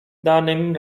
danym